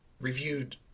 reviewed